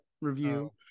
review